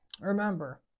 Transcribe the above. Remember